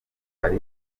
hari